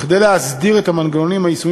כדי להסדיר את המנגנונים היישומיים